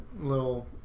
little